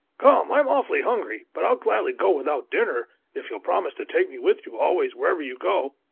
come! i'm awfully hungry, but i'll gladly go without dinner, if you'll promise to take me with you always wherever you go.